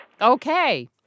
Okay